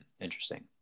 Interesting